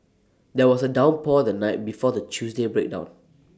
there was A downpour the night before the Tuesday breakdown